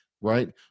right